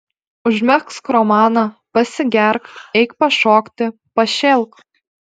užmegzk romaną pasigerk eik pašokti pašėlk